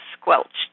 squelched